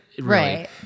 right